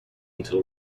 until